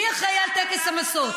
מי אחראי לטקס המשואות?